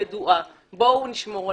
בואו נשמור עליה.